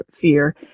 fear